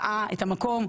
ראה את המקום,